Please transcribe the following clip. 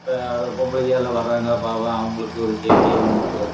இப்போ பொம்பளைங்கள் எல்லாம் வர்றாங்க பாவம் அவர்களுக்கும் ஒரு சேஃப்டியாகவும் இருக்கும்